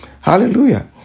Hallelujah